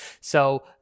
So-